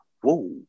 whoa